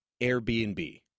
Airbnb